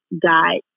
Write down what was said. got